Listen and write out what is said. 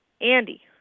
Andy